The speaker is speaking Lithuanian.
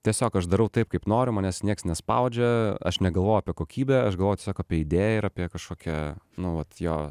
tiesiog aš darau taip kaip noriu manęs nieks nespaudžia aš negalvoju apie kokybę aš galvoju tiesiog apie idėją ir apie kažkokią nu vat jo